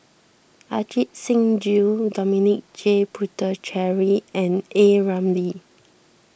Ajit Singh Gill Dominic J Puthucheary and A Ramli